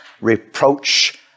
reproach